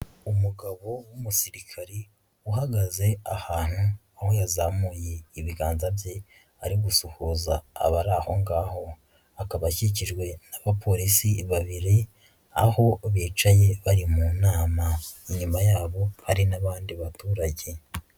Umugabo w'umusirikari uhagaze ahantu aho yazamuye ibiganza bye ari gusuhuza abari aho ngaho, akaba akikijwe n'abapolisi babiri, aho bicaye bari mu nama. Inyuma yabo hari n'abandi baturage..